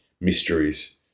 mysteries